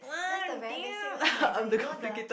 that's the very basic one like the you know the